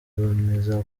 bemeza